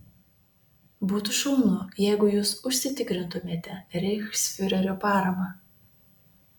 būtų šaunu jeigu jūs užsitikrintumėte reichsfiurerio paramą